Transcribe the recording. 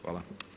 Hvala.